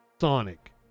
Sonic